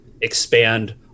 expand